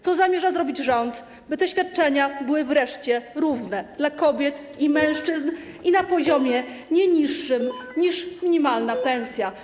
Co zamierza zrobić rząd, by te świadczenia były wreszcie równe dla kobiet i mężczyzn i na poziomie nie niższym niż minimalna pensja?